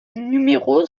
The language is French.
numéros